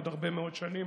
עוד הרבה מאוד שנים